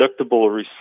deductible